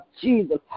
Jesus